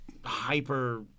hyper